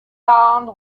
land